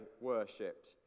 worshipped